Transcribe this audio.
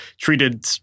treated